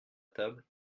table